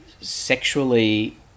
sexually